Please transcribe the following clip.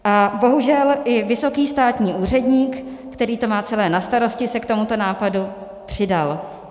A bohužel i vysoký státní úředník, který to má celé na starosti, se k tomuto nápadu přidal.